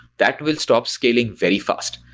that will stop scaling very fast.